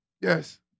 Yes